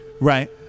Right